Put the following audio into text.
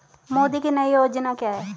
मोदी की नई योजना क्या है?